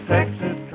Texas